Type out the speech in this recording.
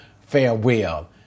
farewell